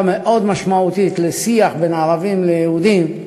מאוד משמעותית לשיח בין ערבים ליהודים,